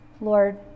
Lord